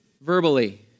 verbally